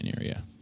area